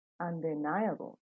Undeniable